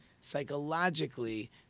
psychologically